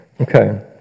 Okay